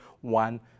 one